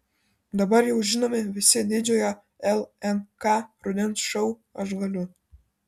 dabar jau žinomi visi didžiojo lnk rudens šou aš galiu